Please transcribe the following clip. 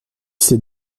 sept